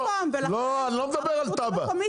אני לא מדבר על תב"ע.